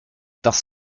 das